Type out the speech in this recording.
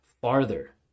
farther